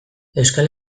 euskal